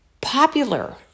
popular